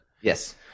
Yes